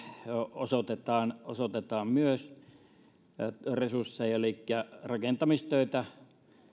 osoitetaan osoitetaan resursseja elikkä rakentamistöitä